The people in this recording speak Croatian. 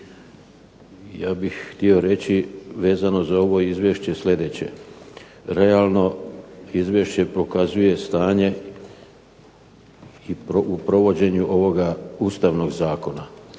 Ja bih htio reći vezano za ovo izvješće slijedeće. Realno izvješće pokazuje stanje u provođenju ovoga Ustavnog zakona.